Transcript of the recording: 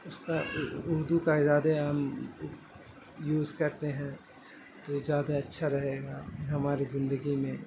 اس کا اردو کا زیادہ ہم یوز کرتے ہیں تو زیادہ اچھا رہے گا ہمارے زندگی میں